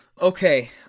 Okay